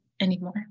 anymore